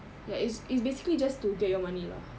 ya it's it's basically just to get your money lah